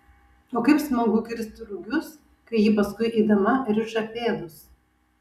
o kaip smagu kirsti rugius kai ji paskui eidama riša pėdus